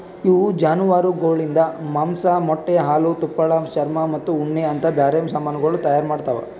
ಇವು ಜಾನುವಾರುಗೊಳಿಂದ್ ಮಾಂಸ, ಮೊಟ್ಟೆ, ಹಾಲು, ತುಪ್ಪಳ, ಚರ್ಮ ಮತ್ತ ಉಣ್ಣೆ ಅಂತ್ ಬ್ಯಾರೆ ಸಮಾನಗೊಳ್ ತೈಯಾರ್ ಮಾಡ್ತಾವ್